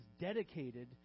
dedicated